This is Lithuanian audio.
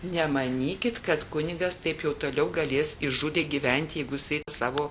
nemanykit kad kunigas taip jau toliau galės įžūliai gyventi jeigu jisai savo